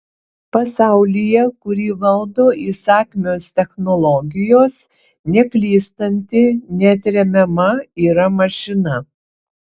pasaulyje kurį valdo įsakmios technologijos neklystanti neatremiama yra mašina